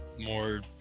more